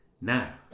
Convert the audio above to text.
now